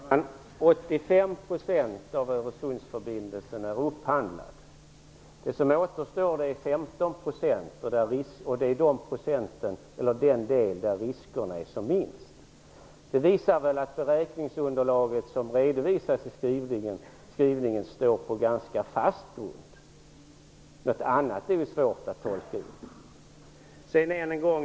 Fru talman! Till 85 % är Öresundsförbindelserna upphandlade. Det återstår 15 %, och det är den del där risken är som minst. Det visar väl att beräkningsunderlaget, som redovisas i skrivelsen, står på en ganska fast grund. Något annat är det svårt att tolka ut.